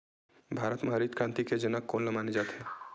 भारत मा हरित क्रांति के जनक कोन ला माने जाथे?